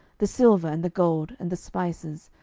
the silver, and the gold, and the spices,